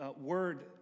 word